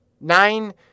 Nine